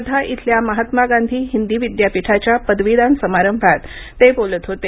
वर्धा इथल्या महात्मा गांधी हिंदी विद्यापीठाच्या पदवीदान समारंभात ते बोलत होते